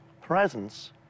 presence